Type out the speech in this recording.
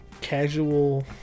casual